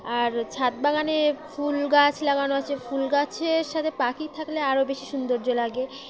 আর ছাদ বাাগানে ফুল গাছ লাগানো আছে ফুল গাছের সাথে পাখি থাকলে আরও বেশি সৌন্দর্য লাগে